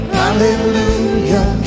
hallelujah